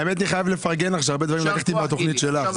האמת שאני חייב לפרגן לך שלקחתי הרבה דברים מהתוכנית שלך.